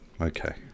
Okay